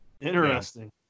Interesting